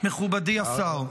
מכובדי השר.